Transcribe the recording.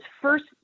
first